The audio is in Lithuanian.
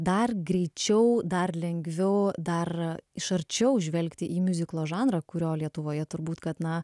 dar greičiau dar lengviau dar iš arčiau žvelgti į miuziklo žanrą kurio lietuvoje turbūt kad na